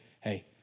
hey